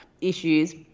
issues